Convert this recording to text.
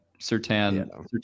Sertan